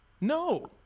No